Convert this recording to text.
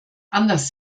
anders